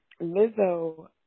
Lizzo